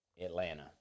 Atlanta